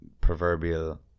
proverbial